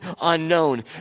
unknown